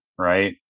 Right